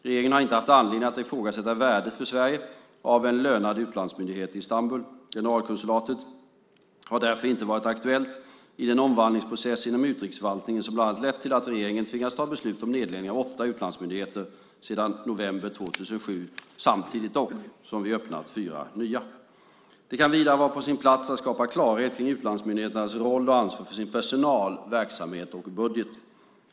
Regeringen har inte haft anledning att ifrågasätta värdet för Sverige att ha en lönad utlandsmyndighet i Istanbul. Generalkonsulatet har därför inte varit aktuellt i den omvandlingsprocess inom utrikesförvaltningen som bland annat lett till att regeringen tvingats ta beslut om nedläggning av åtta utlandsmyndigheter sedan november 2007 samtidigt som vi har öppnat fyra nya. Det kan vidare vara på sin plats att skapa klarhet kring utlandsmyndigheternas roll och ansvar för sin personal, verksamhet och budget.